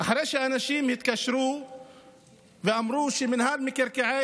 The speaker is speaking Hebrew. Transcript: אחרי שאנשים התקשרו ואמרו שמינהל מקרקעי